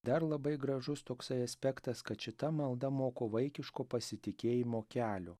dar labai gražus toksai aspektas kad šita malda moko vaikiško pasitikėjimo kelio